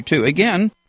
Again